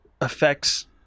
affects